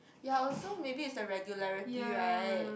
ya also maybe it's the regularity right